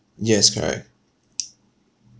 yes correct